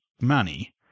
money